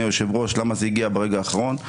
היושב ראש למה זה הגיע ברגע האחרון?